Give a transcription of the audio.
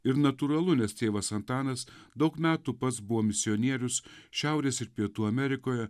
ir natūralu nes tėvas antanas daug metų pats buvo misionierius šiaurės ir pietų amerikoje